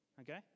Okay